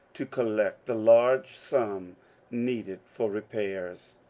to collect the large sum needed for repairs.